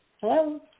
Hello